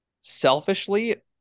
selfishly